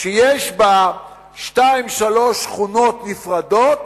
שיש בה שתיים, שלוש שכונות נפרדות,